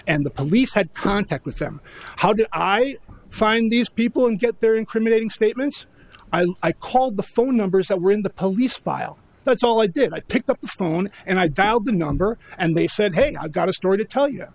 and the police had contact with them how do i find these people and get their incriminating statements i called the phone numbers that were in the police file that's all i did i picked up the phone and i value the number and they said hey i got a story to tell you